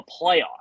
playoff